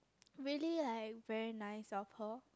really like very nice of her